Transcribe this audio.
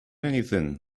anything